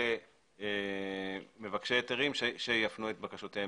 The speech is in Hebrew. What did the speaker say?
למבקשי היתרים שיפנו בקשותיהם